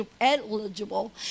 eligible